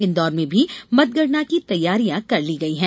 इंदौर में भी मतगणना के तैयारियां कर ली गई है